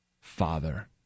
father